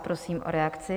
Prosím o reakci.